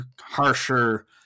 harsher